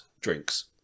drinks